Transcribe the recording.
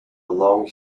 long